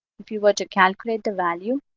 if you were to calculate the value